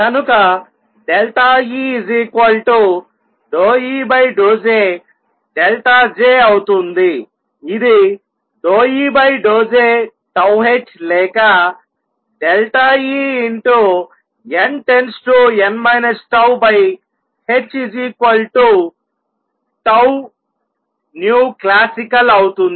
కనుక E ∂E∂J J అవుతుంది ఇది ∂E∂J τh లేక En→n τhτclassical అవుతుంది